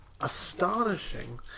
astonishing